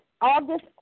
August